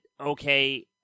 okay